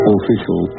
Official